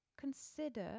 consider